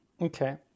Okay